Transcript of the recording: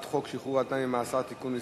חוק שחרור על-תנאי ממאסר (תיקון מס'